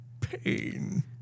pain